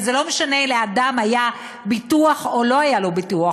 וזה לא משנה אם לאדם היה ביטוח או לא היה לו ביטוח,